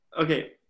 okay